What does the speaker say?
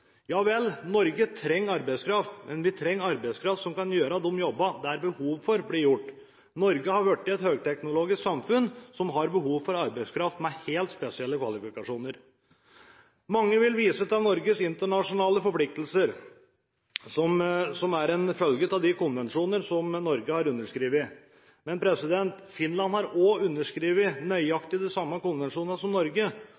Norge trenger arbeidskraft, men vi trenger arbeidskraft som kan gjøre de jobbene det er behov for blir gjort. Norge har blitt et høyteknologisk samfunn, som har behov for arbeidskraft med helt spesielle kvalifikasjoner. Mange vil vise til Norges internasjonale forpliktelser som er en følge av de konvensjoner som Norge har underskrevet. Men Finland har også underskrevet